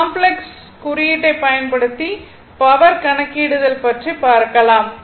எனவே காம்ப்ளக்ஸ் குறியீட்டைப் பயன்படுத்தி பவர் கணக்கிடுதல் பற்றி பார்க்கலாம்